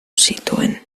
zituen